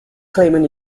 claiming